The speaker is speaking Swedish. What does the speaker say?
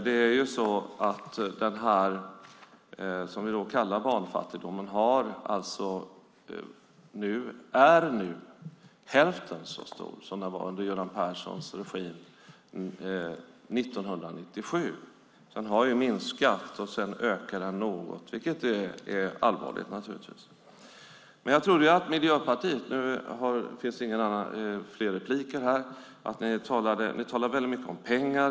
Det som vi kallar barnfattigdomen är nu hälften så stor som den var under Göran Perssons regim 1997. Den har minskat och sedan ökat något, vilket naturligtvis är allvarligt. Nu finns det inte rätt till fler repliker här. Men Miljöpartiet talar mycket om pengar.